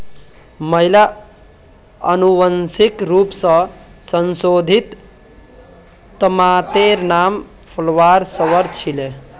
पहिला अनुवांशिक रूप स संशोधित तमातेर नाम फ्लावर सवर छीले